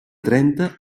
trenta